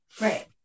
right